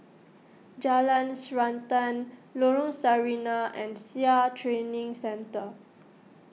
Jalan Srantan Lorong Sarina and Sia Training Centre